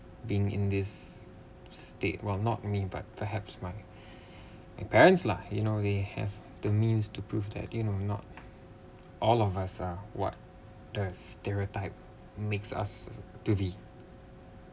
being in this state while not me but perhaps my my parents lah you know they have the means to prove that you know not all of us uh what does stereotype makes us to be